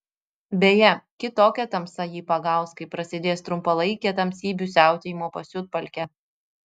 beje kitokia tamsa jį pagaus kai prasidės trumpalaikė tamsybių siautėjimo pasiutpolkė